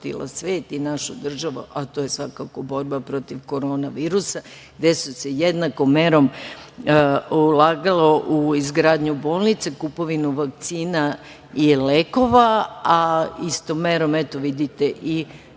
i našu državu, a to je svakako borba protiv korona virusa, gde se sa jednakom merom ulagalo u izgradnju bolnica, kupovinu vakcina i lekova, a istom merom se gledao i